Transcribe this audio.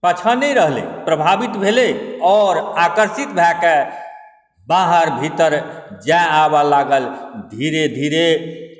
पाछा नहि रहलै प्रभावित भेलै आओर आकर्षित भए कऽ बाहर भीतर जाए आबऽ लागल धीरे धीरे